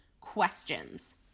questions